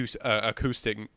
acoustic